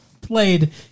played